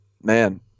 man